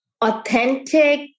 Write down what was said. authentic